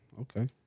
Okay